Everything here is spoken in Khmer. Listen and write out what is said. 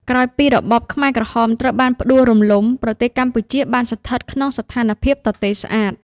ក្រោយពីរបបខ្មែរក្រហមត្រូវបានផ្តួលរំលំ ប្រទេសកម្ពុជាបានស្ថិតក្នុងស្ថានភាពទទេស្អាត។